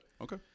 Okay